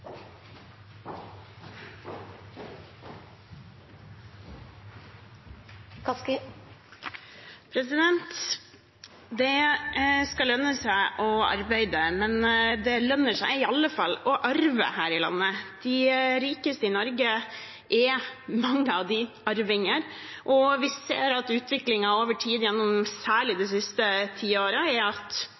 Det skal lønne seg å arbeide. Men det lønner seg i alle fall å arve her i landet. Mange av de rikeste i Norge er arvinger, og vi ser at utviklingen over tid gjennom særlig de siste tiårene er at